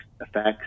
effects